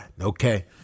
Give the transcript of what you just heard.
Okay